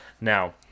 Now